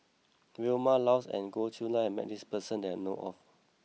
Vilma Laus and Goh Chiew Lye has met this person that I know of